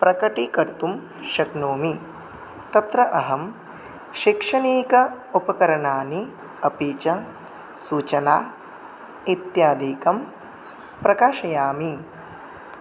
प्रकटीकर्तुं शक्नोमि तत्र अहं शैक्षणिक उपकरणानि अपि च सूचनाः इत्यादिकं प्रकाशयामि